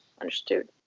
understood